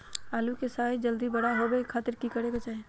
आलू के साइज जल्दी बड़ा होबे के खातिर की करे के चाही?